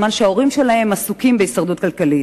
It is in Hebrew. בזמן שהוריהם עסוקים בהישרדות כלכלית.